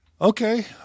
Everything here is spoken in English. Okay